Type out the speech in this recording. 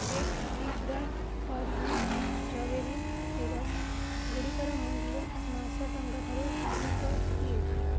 ଏକେ କିଗ୍ରା Hershey's strawberry ସିରପ୍ଗୁଡ଼ିକର ମୂଲ୍ୟ ନଅଶହ ଟଙ୍କା ଠାରୁ ଅଧିକ କି